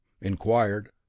inquired